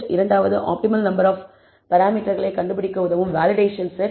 இரண்டாவது optimal number of பராமீட்டர்களை கண்டுபிடிக்க உதவும் வேலிடேஷன் செட்